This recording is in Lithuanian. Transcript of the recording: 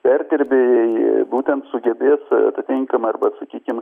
perdirbėjai būtent sugebės atatinkamą arba sakykim